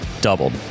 Doubled